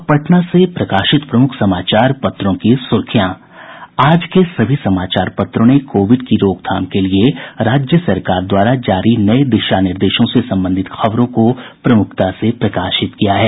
अब पटना से प्रकाशित प्रमुख समाचार पत्रों की सुर्खियां आज के सभी समाचार पत्रों ने कोविड की रोकथाम के लिए राज्य सरकार द्वारा जारी नये दिशा निर्देशों से संबंधित खबरों को प्रमुखता से प्रकाशित किया है